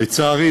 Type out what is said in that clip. לצערי,